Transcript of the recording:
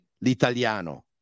l'italiano